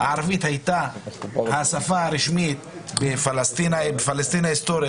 הערבית הייתה השפה הרשמית בפלשתינה ההיסטורית,